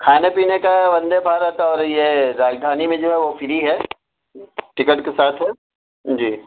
کھانے پینے کا وندے بھارت اور یہ راجدھانی میں جو ہے وہ فری ہے ٹکٹ کے ساتھ ہے جی